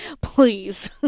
Please